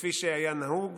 כפי שהיה נהוג.